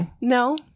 No